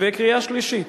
ובקריאה השלישית.